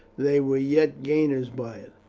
they were yet gainers by it.